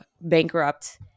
bankrupt